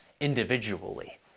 individually